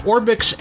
Orbix